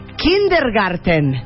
kindergarten